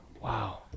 Wow